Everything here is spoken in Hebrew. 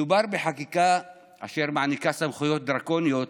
מדובר בחקיקה אשר מעניקה סמכויות דרקוניות